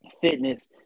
fitness